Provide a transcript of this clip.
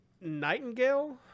Nightingale